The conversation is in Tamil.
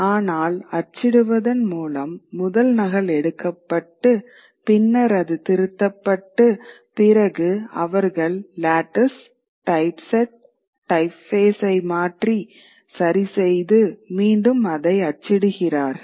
ஆனால் அச்சிடுவதன் மூலம் முதல் நகல் எடுக்கப்பட்டு பின்னர் அது திருத்தப்பட்டு பிறகு அவர்கள் லேடிஸ் டைப்ஸெட் டைப்ஃபேஸை மாற்றி சரிசெய்து மீண்டும் அதை அச்சிடுகிறார்கள்